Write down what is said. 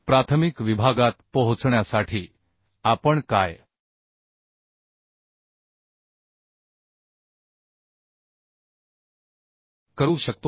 प्राथमिक विभागात पोहोचण्यासाठी आपण काय करू शकतो